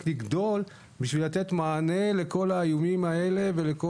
כדי לתת מענה לכל האיומים האלה ולכל